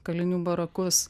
kalinių barakus